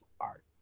art